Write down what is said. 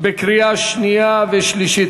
בקריאה שנייה ושלישית.